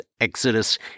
exodus